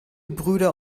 brüder